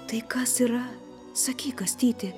tai kas yra sakyk kastytį